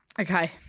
Okay